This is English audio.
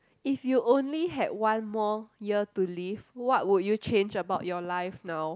if you only had one more year to live what would you change about your life now